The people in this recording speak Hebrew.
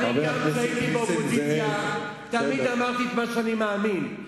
נראה לי שבדיוק תיארת את מפלגת ש"ס.